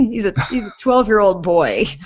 he's a twelve year old boy.